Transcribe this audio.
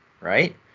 right